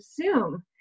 Zoom